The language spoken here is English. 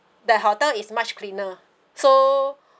the hotel is much cleaner so